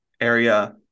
area